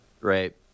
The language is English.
right